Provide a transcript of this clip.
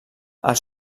els